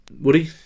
Woody